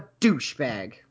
douchebag